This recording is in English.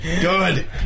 good